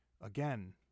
again